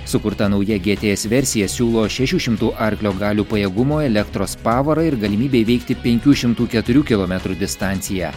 sukurta nauja gts versija siūlo šešių šimtų arklio galių pajėgumo elektros pavarą ir galimybę įveikti penkių šimtų keturių kilometrų distanciją